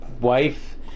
wife